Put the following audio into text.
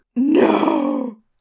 no